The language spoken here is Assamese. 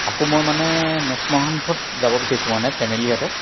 আকৌ মই মানে নেক্সট মান্থত যাব বিচাৰিছোঁ মানে ফেমিলিহঁতে